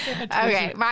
Okay